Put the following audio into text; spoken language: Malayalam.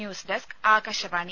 news desk Akashvani